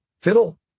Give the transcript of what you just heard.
fiddle